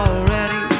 Already